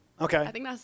Okay